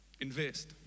Invest